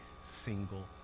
single